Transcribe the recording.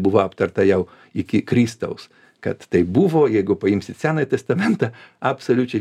buvo aptarta jau iki kristaus kad tai buvo jeigu paimsit senąjį testamentą absoliučiai